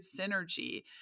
synergy